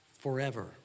Forever